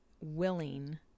willing